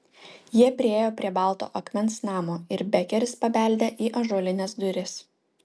jie priėjo prie balto akmens namo ir bekeris pabeldė į ąžuolines duris